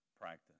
practice